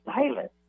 silence